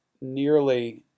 nearly